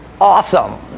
awesome